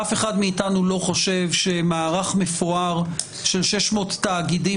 אף אחד מאיתנו לא חושב שמערך מפואר של 600 תאגידים